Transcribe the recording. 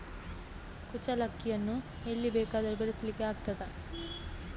ಕುಚ್ಚಲಕ್ಕಿಯನ್ನು ಎಲ್ಲಿ ಬೇಕಾದರೂ ಬೆಳೆಸ್ಲಿಕ್ಕೆ ಆಗ್ತದ?